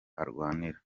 arwanira